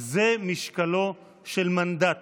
הם משקלו של מנדט